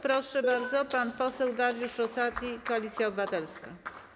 Proszę bardzo, pan poseł Dariusz Rosati, Koalicja Obywatelska.